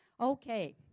Okay